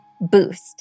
Boost